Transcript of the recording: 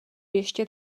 ještě